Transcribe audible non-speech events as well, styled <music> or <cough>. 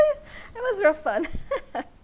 it was very fun <laughs>